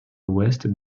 west